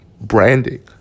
branding